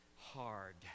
hard